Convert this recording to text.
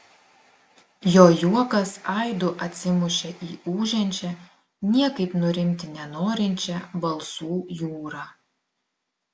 jo juokas aidu atsimušė į ūžiančią niekaip nurimti nenorinčią balsų jūrą